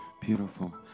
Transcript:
beautiful